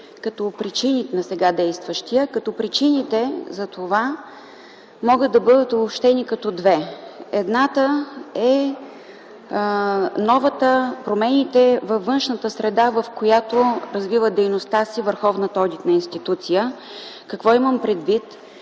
и допълнение на сега действащия. Причините за това могат да бъдат обобщени като две. Едната са промените във външната среда, в която развива дейността си върховната одитна институция. Какво имам предвид?